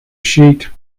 sheet